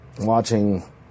watching